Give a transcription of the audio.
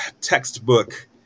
textbook-